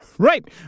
Right